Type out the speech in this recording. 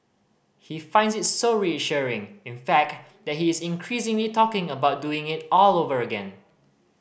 he finds it so reassuring in fact that he is increasingly talking about doing it all over again